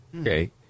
Okay